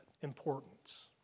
importance